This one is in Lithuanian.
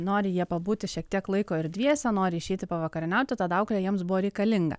nori jie pabūti šiek tiek laiko ir dviese nori išeiti pavakarieniauti tad auklė jiems buvo reikalinga